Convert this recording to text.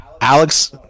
Alex